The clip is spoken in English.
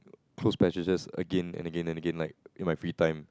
close passages again and again and again like in my free time